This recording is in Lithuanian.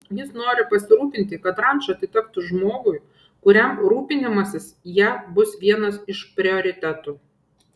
jis nori pasirūpinti kad ranča atitektų žmogui kuriam rūpinimasis ja bus vienas iš prioritetų